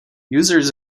users